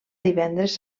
divendres